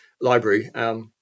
library